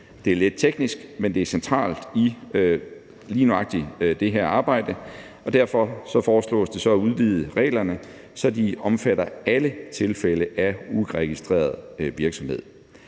Det er lidt teknisk, men det er centralt i lige nøjagtig det her arbejde. Derfor foreslås det at udvide reglerne, så de omfatter alle tilfælde af uregistrerede virksomheder.